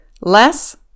Less